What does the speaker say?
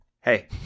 Hey